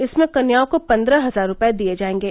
इसमें कन्याओं को पंद्रह हजार रूपये दिये जाएंगे